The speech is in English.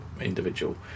individual